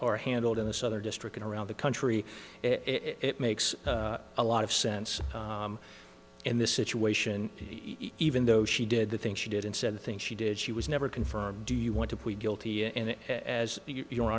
are handled in the southern district and around the country it makes a lot of sense in this situation even though she did the things she did and said things she did she was never confirmed do you want to plead guilty and as your hon